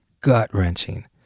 gut-wrenching